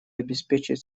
обеспечить